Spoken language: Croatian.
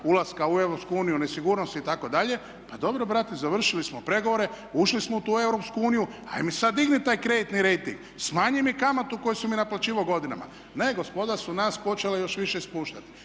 ulaska u EU, nesigurnost itd. Pa dobro brate, završili smo pregovore, ušli smo u tu EU hajde mi sad digni taj kreditni rejting, smanji mi kamatu koju si mi naplaćivao godinama. Ne, gospoda su nas počela još više spuštati.